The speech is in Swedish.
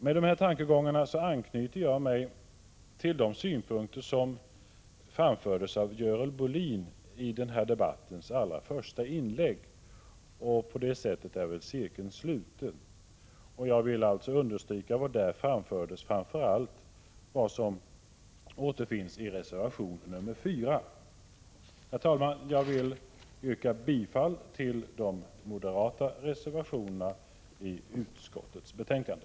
Med dessa tankegångar anknyter jag till de synpunkter som framfördes av Görel Bohlin i den här debattens allra första inlägg, och därmed är väl cirkeln sluten. Jag vill understryka vad som här framfördes och framför allt vad som återfinns i reservation 4. Herr talman! Jag yrkar bifall till de moderata reservationerna vid utskottets betänkande.